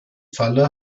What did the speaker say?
falle